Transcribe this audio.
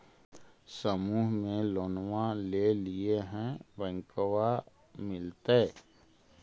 समुह मे लोनवा लेलिऐ है बैंकवा मिलतै?